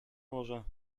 może